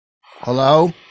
Hello